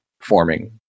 forming